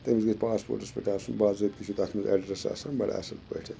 تٔمِس گژھ پاسپوٹَس پٮ۪ٹھ آسُن بضٲبطہِ چھُ تتھ منٛز ایڈرس آسان بَڑٕ اَصٕل پٲٹھۍ